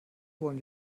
wollen